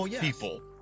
people